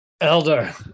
Elder